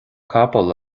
capall